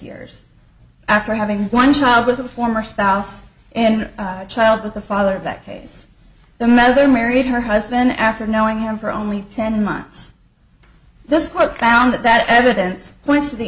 years after having one child with a former spouse and child with a father that case the measure married her husband after knowing him for only ten months this court found that that evidence points to the